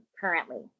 currently